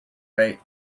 rate